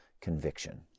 conviction